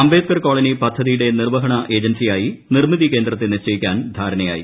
Ambedkar colony പദ്ധതിയുടെ നിർവ്വഹണ ഏജൻസിയായി നിർമ്മിതി കേന്ദ്രത്തെ നിശ്ചയിക്കാൻ ധാരണയായി